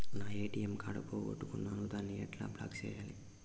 నా ATM card పోగొట్టుకున్నాను, దాన్ని ఎట్లా బ్లాక్ సేయాలి?